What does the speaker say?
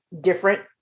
different